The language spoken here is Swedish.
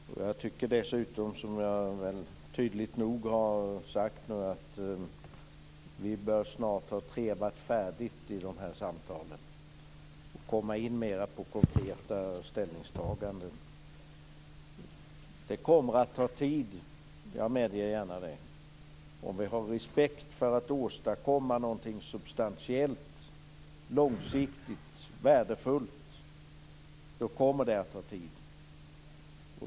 Som jag tidigare tydligt har sagt tycker jag att vi snart bör ha trevat färdigt i skattesamtalen och komma in mer på konkreta ställningstaganden. Det kommer att ta tid, det medger jag gärna. Om vi har ambitionen att åstadkomma någonting substantiellt, långsiktigt och värdefullt kommer det att ta tid.